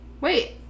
wait